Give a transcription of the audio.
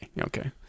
okay